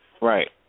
Right